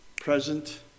present